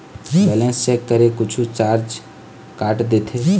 Balance check करें कुछू charge काट देथे?